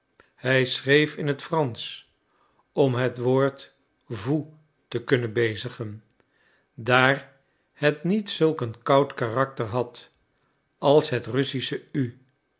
hij schreef in het fransch om het woord vous te kunnen bezigen daar het niet zulk een koud karakter had als het russische u